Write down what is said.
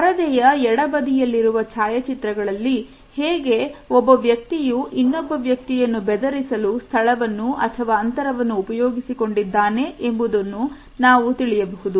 ಭಾರತೀಯ ಎಡಬದಿಯಲ್ಲಿರುವ ಛಾಯಾಚಿತ್ರಗಳಲ್ಲಿ ಹೇಗೆ ಒಬ್ಬ ವ್ಯಕ್ತಿಯು ಇನ್ನೊಬ್ಬ ವ್ಯಕ್ತಿಯನ್ನು ಬೆದರಿಸಲು ಸ್ಥಳವನ್ನು ಅಥವಾ ಅಂತರವನ್ನು ಉಪಯೋಗಿಸಿಕೊಂಡಿದ್ದಾನೆ ಎಂಬುದನ್ನು ನಾವು ತಿಳಿಯಬಹುದು